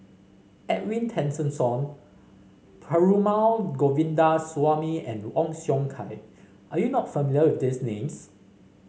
Edwin Tessensohn Perumal Govindaswamy and Ong Siong Kai are you not familiar with these names